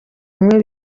umwe